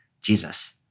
Jesus